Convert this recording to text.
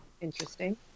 Interesting